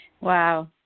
Wow